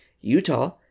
Utah